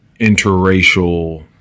interracial